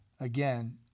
Again